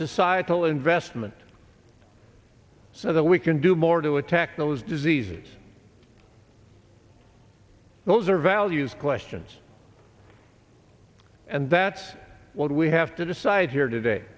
societal investment so that we can do more to attack those diseases those are values questions and that's what we have to decide here today